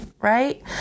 right